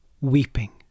weeping